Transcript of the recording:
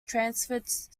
transferred